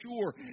sure